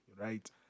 right